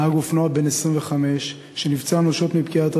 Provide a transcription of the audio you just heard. נהג אופנוע בן 25 שנפצע אנושות מפגיעת